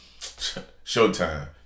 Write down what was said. Showtime